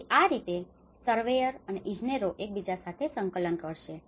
તેથી આ રીતે સર્વેયર અને ઇજનેરો એકબીજા સાથે સંકલન કરશે